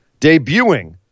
debuting